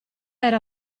era